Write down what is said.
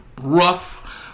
rough